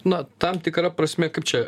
na tam tikra prasme kaip čia